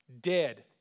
dead